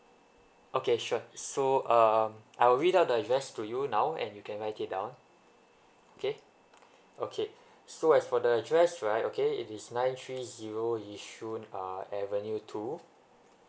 okay sure so um I will read out the address to you now and you can write it down okay okay so as for the address right okay it is nine three zero yishun uh avenue two